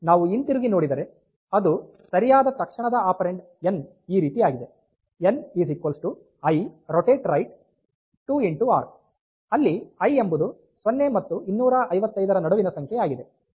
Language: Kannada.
ನಾವು ಹಿಂತಿರುಗಿ ನೋಡಿದರೆ ಅದು ಸರಿಯಾದ ತಕ್ಷಣದ ಆಪೆರಾನ್ಡ್ n ಈ ರೀತಿಯಾಗಿದೆ n i ROR 2r ಅಲ್ಲಿ i ಎಂಬುದು 0 ಮತ್ತು 255 ರ ನಡುವಿನ ಸಂಖ್ಯೆಯಾಗಿದೆ